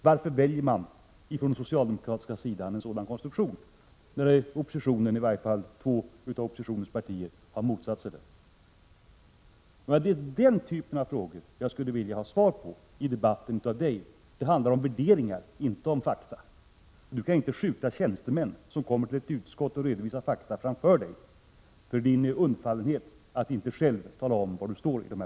Varför väljer socialdemokraterna då en sådan konstruktion, när i varje fall två av oppositionspartierna har motsatt sig den? Det är den typen av frågor som jag skulle vilja ha svar på i debatten från er. Det handlar om värderingar, inte om fakta. Ni kan inte dölja er undfallenhet att själva tala om var ni står i de här frågorna bakom tjänstemän som kommer till ett utskott för att där redovisa fakta.